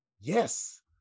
yes